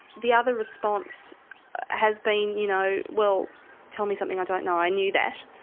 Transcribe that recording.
the other response has been, you know well tell me something i don't know, i knew that.